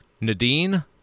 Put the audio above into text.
Nadine